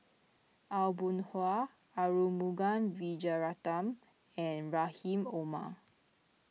Aw Boon Haw Arumugam Vijiaratnam and Rahim Omar